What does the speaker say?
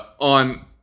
on